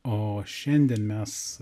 o šiandien mes